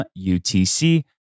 UTC